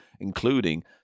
including